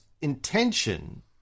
intention